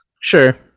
Sure